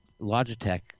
Logitech